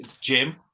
Jim